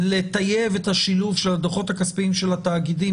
לטייב את השילוב של הדוחות הכספיים של התאגידים